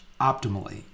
optimally